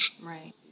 Right